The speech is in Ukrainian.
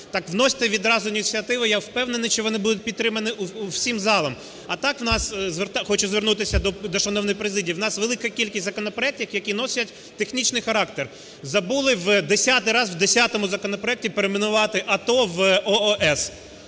вносьте відразу ініціативи. Я впевнений, що вони будуть підтримані всім залом. А так у нас… хочу звернутися до шановної президії. У нас велика кількість законопроектів, які носять технічний характер. Забули в десятий раз в десятому законопроекті перейменувати "АТО" в "ООС".